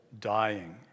dying